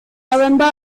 november